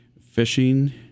fishing